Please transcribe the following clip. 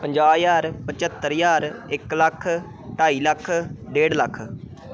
ਪੰਜਾਹ ਹਜ਼ਾਰ ਪਚੱਤਰ ਹਜ਼ਾਰ ਇੱਕ ਲੱਖ ਢਾਈ ਲੱਖ ਡੇਢ ਲੱਖ